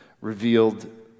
revealed